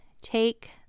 Take